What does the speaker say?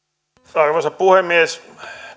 arvoisa puhemies